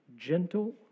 Gentle